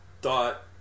dot